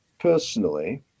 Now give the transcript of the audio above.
personally